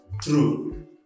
True